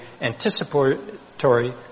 anticipatory